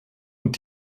und